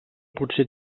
potser